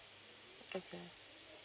okay